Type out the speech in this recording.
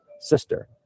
sister